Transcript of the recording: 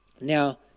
Now